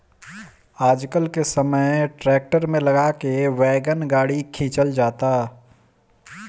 आजकल के समय ट्रैक्टर में लगा के वैगन गाड़ी खिंचल जाता